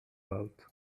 out